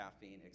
caffeine